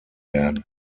werden